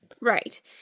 Right